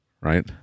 right